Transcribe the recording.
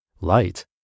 light